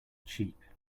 cheap